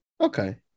Okay